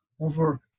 over